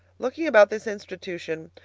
looking about this institution,